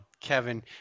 Kevin